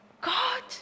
God